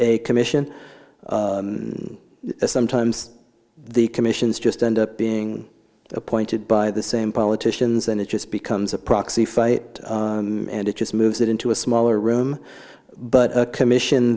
a commission and sometimes the commissions just end up being appointed by the same politicians and it just becomes a proxy fight and it just moves it into a smaller room but a commission